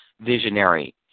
visionary